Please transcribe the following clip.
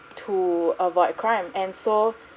to avoid crime and so